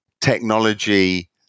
technology